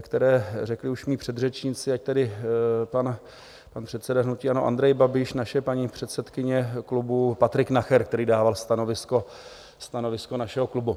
které řekli už mí předřečníci, ať tedy pan předseda hnutí ANO Andrej Babiš, naše paní předsedkyně klubu, Patrik Nacher, který dával stanovisko našeho klubu.